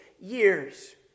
years